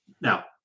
Now